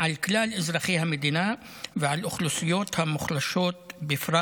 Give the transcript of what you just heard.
על כלל אזרחי המדינה ועל האוכלוסיות המוחלשות בפרט.